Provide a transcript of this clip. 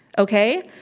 okay?